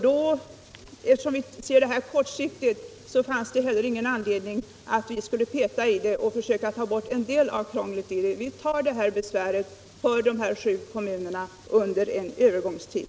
Därför finns det inte någon anledning för oss att peta i förslaget och försöka ta bort en del av krånglet. Vi accepterar besvären för dessa sju kommuner under en övergångstid.